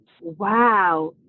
wow